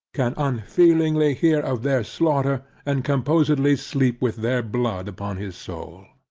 can unfeelingly hear of their slaughter, and composedly sleep with their blood upon his soul.